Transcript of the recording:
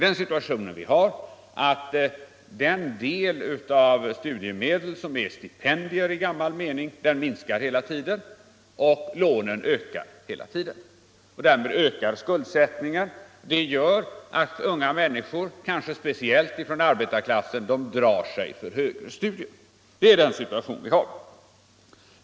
Det är alltså så, att den del av studiemedlen, som är stipendier i gammal mening, hela tiden minskar och att lånen hela tiden ökar och därmed skuldsättningen. Det gör att unga människor — kanske speciellt från arbetarklassen — drar sig för högre studier.